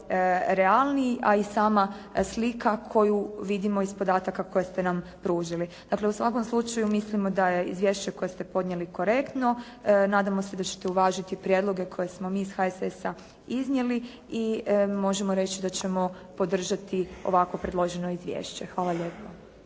realniji, a i sama slika koju vidimo iz podataka koje ste nam pružili. Dakle u svakom slučaju mislimo da je izvješće koje ste podnijeli korektno, nadamo se da ćete uvažiti prijedloge koje smo mi iz HSS-a iznijeli i možemo reći da ćemo podržati ovako predloženo izvješće. Hvala lijepo.